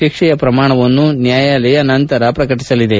ಶಿಕ್ಷೆಯ ಪ್ರಮಾಣವನ್ನು ನ್ವಾಯಾಲಯ ನಂತರ ಪ್ರಕಟಿಸಲಿದೆ